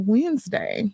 Wednesday